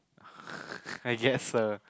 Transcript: I guess so